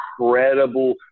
incredible